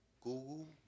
Google